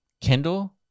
Kendall